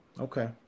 Okay